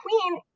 queen